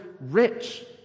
rich